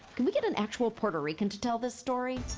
can we get an actual puerto rican to tell this story?